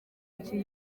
iki